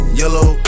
yellow